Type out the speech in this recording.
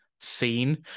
scene